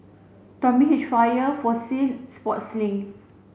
Tommy Hilfiger Fossil Sportslink